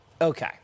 Okay